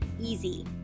easy